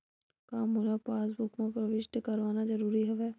का मोला पासबुक म प्रविष्ट करवाना ज़रूरी हवय?